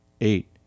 Eight